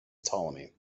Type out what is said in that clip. ptolemy